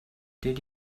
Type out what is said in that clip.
did